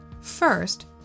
First